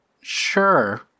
Sure